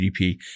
GDP